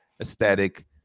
aesthetic